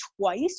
twice